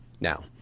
Now